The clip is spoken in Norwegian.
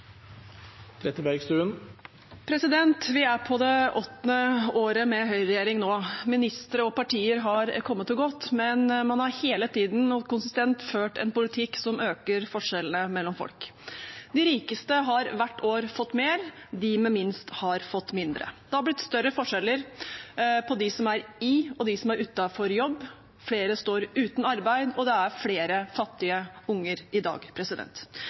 omme. Vi er på det åttende året med høyreregjering nå. Ministre og partier har kommet og gått, men man har hele tiden og konsistent ført en politikk som øker forskjellene mellom folk. De rikeste har hvert år fått mer, de med minst har fått mindre. Det har blitt større forskjeller mellom de som er i og de som er utenfor jobb, flere står uten arbeid, og det er flere fattige unger i dag.